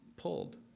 pulled